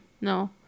No